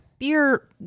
Beer